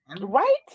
right